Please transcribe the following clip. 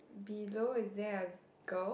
below is there a girl